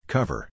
Cover